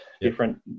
Different